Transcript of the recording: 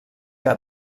que